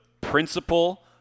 principle